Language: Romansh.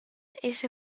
esa